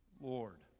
Lord